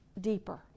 deeper